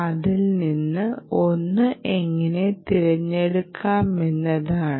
അതിൽ നിന്ന് ഒന്ന് എങ്ങനെ തിരഞ്ഞെടുക്കാമെന്നതാണ്